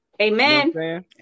Amen